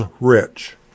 rich